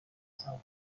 سمت